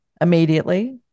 immediately